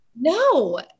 No